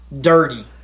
dirty